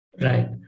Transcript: Right